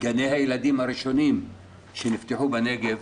גני הילדים הראשונים שנפתחו בנגב